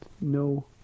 no